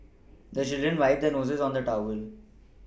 the children wipe their noses on the towel